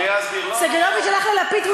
לא, אני אסביר, סגלוביץ הלך ללפיד.